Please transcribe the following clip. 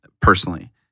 personally